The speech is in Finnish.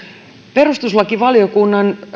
perustuslakivaliokunnan